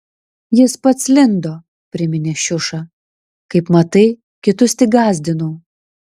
jis pats lindo priminė šiuša kaip matai kitus tik gąsdinau